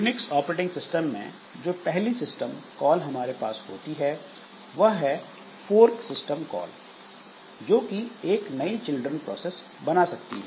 Unix operating system में जो पहली सिस्टम कॉल हमारे पास होती है वह है फोर्क सिस्टम कॉल जो कि नयी चिल्ड्रन प्रोसेस बना सकती है